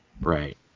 Right